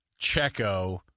Checo